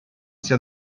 sia